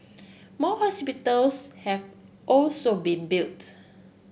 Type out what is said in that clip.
more hospitals have also been built